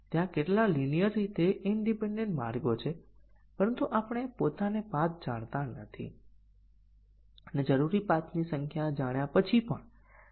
તેથી બે સાથે એક બે બેઝીક કન્ડીશન નું સ્વતંત્ર મૂલ્યાંકન પ્રાપ્ત કરે છે તે b છે